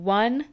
one